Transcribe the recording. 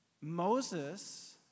Moses